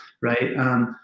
right